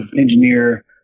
engineer